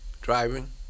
driving